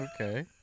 Okay